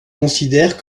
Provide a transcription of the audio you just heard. considèrent